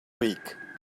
week